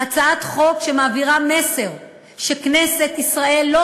הצעת חוק שמעבירה מסר שכנסת ישראל לא